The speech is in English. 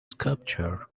sculpture